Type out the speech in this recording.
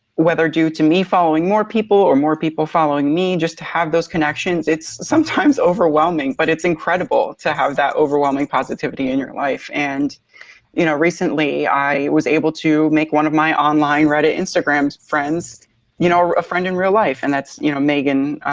whether due to me following more people or more people following me, just to have those connections, it's sometimes overwhelming, but it's incredible to have that overwhelming positivity in your life. and you know, recently i was able to make one of my online reddit instagram friends you know, a friend in real life. and that's you know megan.